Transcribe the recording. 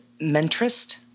Mentrist